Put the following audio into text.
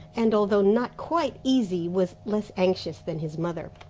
and although not quite easy was less anxious than his mother.